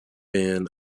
been